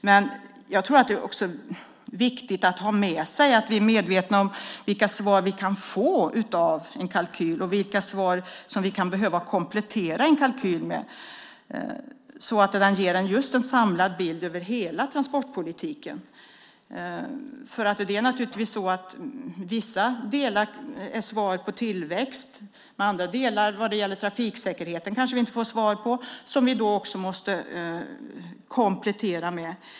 Men jag tror också att det är viktigt att vi är medvetna om vilka svar vi kan få av en kalkyl och vilka svar som vi kan behöva komplettera en kalkyl med, så att den ger just en samlad bild av hela transportpolitiken. Det är naturligtvis så att vissa delar är svar när det gäller tillväxt. Andra delar som gäller trafiksäkerheten kanske vi inte får svar på. Då måste vi komplettera med det.